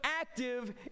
active